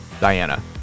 Diana